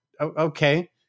okay